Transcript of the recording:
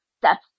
steps